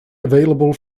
available